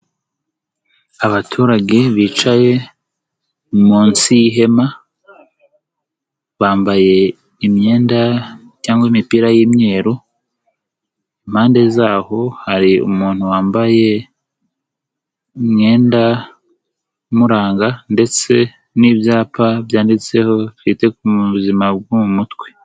Abaturage bicaye munsi y'ihema, bambaye imyenda cyangwa imipira y'imyeru, impande z'aho hari umuntu wambaye imyenda imuranga ndetse n'ibyapa byanditseho: "Twite mu buzima bwo mu mutwe".